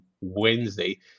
Wednesday